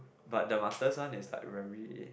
but the master's one is like very